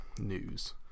news